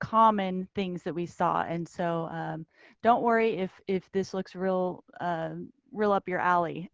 common things that we saw. and so don't worry if if this looks real real up your alley.